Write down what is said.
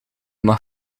mag